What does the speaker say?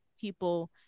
people